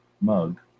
mug